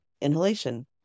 inhalation